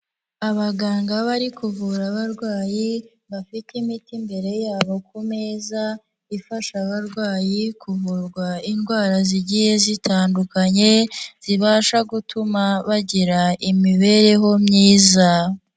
Abaganga bari kuvura abarwayi, bafite imiti mbere yabo ku meza ifasha abarwayi kuvurwa indwara zigiye zitandukanye, zibasha gutuma bagira imibereho myiza.